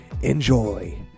enjoy